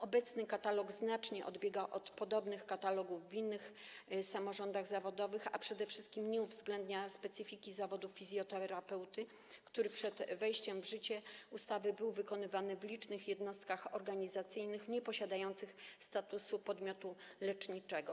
Obecny katalog znacznie odbiega od podobnych katalogów w innych samorządach zawodowych, a przede wszystkim nie uwzględnia specyfiki zawodu fizjoterapeuty, który przed wejściem w życie ustawy był wykonywany w licznych jednostkach organizacyjnych nieposiadających statusu podmiotu leczniczego.